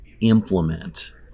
implement